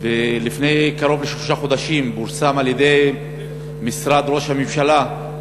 ולפני קרוב לשלושה חודשים פורסם על-ידי משרד ראש הממשלה,